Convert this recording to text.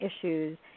issues